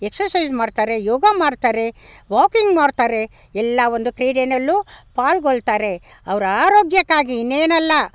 exercise ಮಾಡ್ತಾರೆ ಯೋಗ ಮಾಡ್ತಾರೆ ವಾಕಿಂಗ್ ಮಾಡ್ತಾರೆ ಎಲ್ಲ ಒಂದು ಕ್ರೀಡೆಯಲ್ಲೂ ಪಾಲ್ಗೊಳ್ತಾರೆ ಅವ್ರ ಆರೋಗ್ಯಕ್ಕಾಗಿ ಇನ್ನೇನೆಲ್ಲ